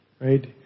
right